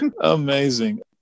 amazing